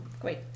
great